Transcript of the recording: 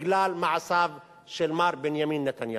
בגלל מעשיו של מר בנימין נתניהו.